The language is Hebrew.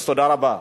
אז תודה רבה.